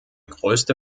größte